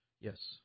Yes